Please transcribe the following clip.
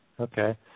Okay